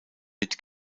mit